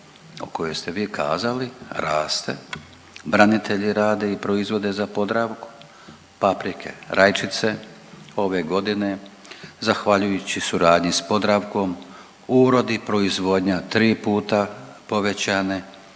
o kojoj ste vi kazali raste, branitelji rade i proizvode za Podravku paprike, rajčice ove godine zahvaljujući suradnji s Podravkom urod i proizvodnja tri puta povećane,